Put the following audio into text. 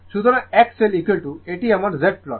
সুতরাং XLএটি আমার Z প্লট